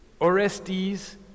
Orestes